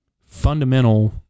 fundamental